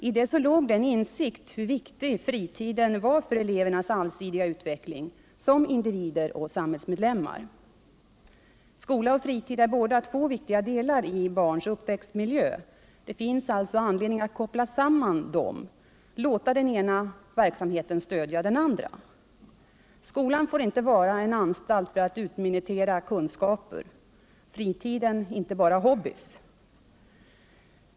I det låg en insikt om hur viktig fritiden är för elevernas allsidiga utveckling som individer och samhällsmedlemmar. Skola och fritid är båda viktiga delar i barns uppväxtmiljö. Det finns alltså anledning att koppla samman dem och låta den ena verksamheten stödja den andra. Skolan får inte vara en anstalt för att utminutera kunskaper och fritiden inte bara hobbyer.